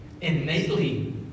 innately